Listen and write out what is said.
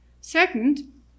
Second